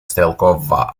стрелкового